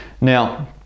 Now